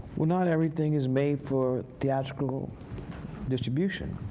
well, not everything is made for theatrical distribution.